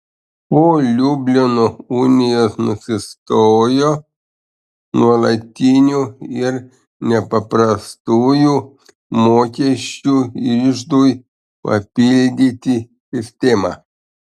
po liublino unijos nusistojo nuolatinių ir nepaprastųjų mokesčių iždui papildyti sistema